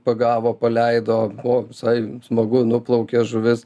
pagavo paleido o visai smagu nuplaukė žuvis